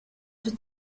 più